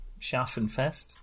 Schaffenfest